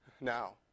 now